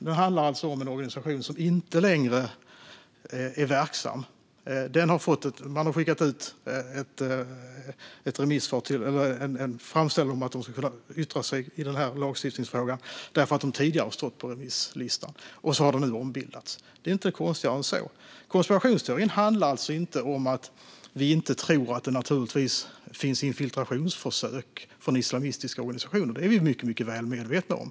Det handlar alltså om en organisation som inte längre är verksam. Det har skickats ut en framställan om att de ska yttra sig i denna lagstiftningsfråga därför att de tidigare har stått på remisslistan. Nu har de ombildats - det är inte konstigare än så. Konspirationsteorin handlar alltså inte om att vi inte tror att det finns infiltrationsförsök från islamistiska organisationer. Det är vi mycket väl medvetna om.